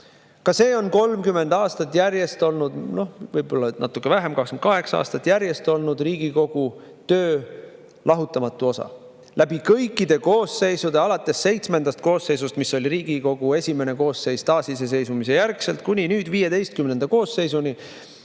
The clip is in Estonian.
Ka see on 30 aastat järjest olnud – võib-olla natuke vähem, 28 aastat järjest – Riigikogu töö lahutamatu osa läbi kõikide koosseisude. Alates VII koosseisust, mis oli Riigikogu esimene koosseis taasiseseisvumise järel, kuni nüüd XV koosseisuni